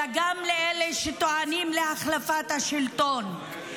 אלא גם לאלה שטוענים להחלפת השלטון,